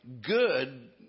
good